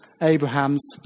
Abraham's